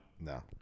No